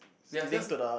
ya that's